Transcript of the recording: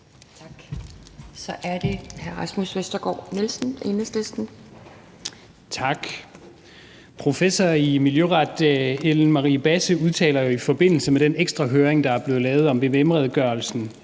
Professor i miljøret Ellen Margrethe Basse udtaler i forbindelse med den ekstra høring, der er blevet lavet om vvm-redegørelsen